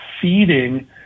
feeding